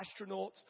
astronauts